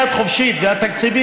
הייתה לי יד חופשית, והתקציבים,